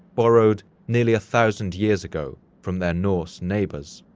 borrowed nearly a thousand years ago from their norse neighbors.